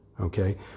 Okay